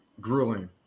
Grueling